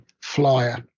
flyer